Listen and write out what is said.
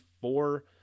four